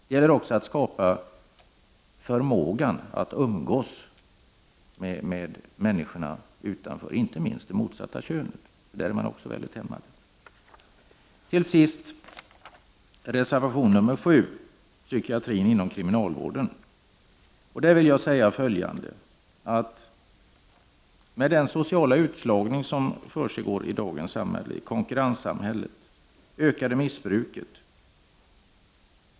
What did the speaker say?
Det gäller också att skapa en förmåga att umgås med människor, inte minst det motsatta könet, som dessa personer är mycket hämmade inför. Reservation 7 handlar om psykiatrin inom kriminalvården. Jag vill påpeka att det i dagens samhälle, konkurrenssamhället, förekommer en social utslagning och ett ökat missbruk.